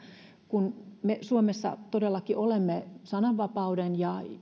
kun me suomessa todellakin olemme sananvapauden ja